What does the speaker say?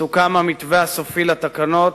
סוכם המתווה הסופי לתקנות.